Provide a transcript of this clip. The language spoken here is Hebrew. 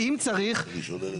אנשים מחפשים לגור בחורים,